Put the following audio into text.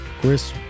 Chris